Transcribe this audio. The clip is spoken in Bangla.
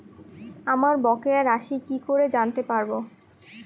আমার বকেয়া রাশি কি করে জানতে পারবো?